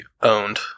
owned